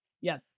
Yes